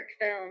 film